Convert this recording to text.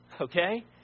Okay